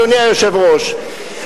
אדוני היושב-ראש,